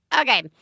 Okay